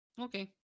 Okay